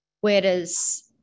whereas